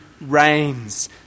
reigns